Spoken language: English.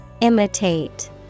Imitate